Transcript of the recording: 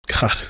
God